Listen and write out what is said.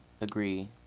agree